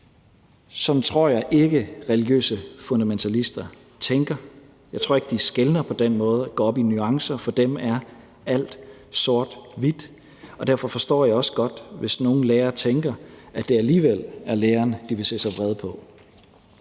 jeg ikke religiøse fundamentalister tænker. Jeg tror ikke, de skelner på den måde eller går op i nuancer. For dem er alt sort og hvidt, og derfor forstår jeg også godt, hvis nogle lærere tænker, at det alligevel er lærerne, de vil se sig vrede på.